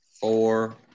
Four